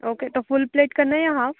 okay तो full plate करना है या हाफ़